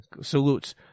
salutes